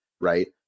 right